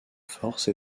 force